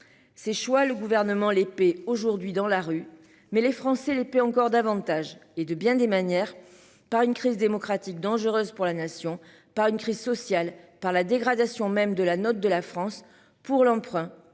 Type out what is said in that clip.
Ces choix le gouvernement les paie aujourd'hui dans la rue. Mais les Français les paient encore davantage et de bien des manières par une crise démocratique dangereuse pour la nation par une crise sociale par la dégradation même de la note de la France pour l'emprunt